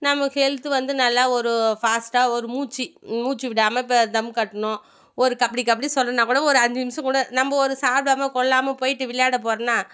நமக்கு ஹெல்த் வந்து நல்லா ஒரு ஃபாஸ்ட்டாக ஒரு மூச்சு மூச்சு விடாமல் இப்போ தம் கட்டணும் ஒரு கபடி கபடின்னு சொல்லணுன்னால் கூட ஒரு அஞ்சு நிமிஷம் கூட நம்ம ஒரு சாப்பிடாம கொள்ளாமல் போய்விட்டு விளையாட போகிறதுன்னா